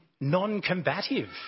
non-combative